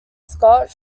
scott